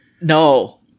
No